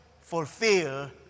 fulfill